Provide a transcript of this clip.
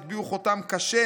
הטביעו חותם קשה